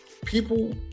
people